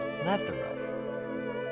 plethora